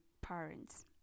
parents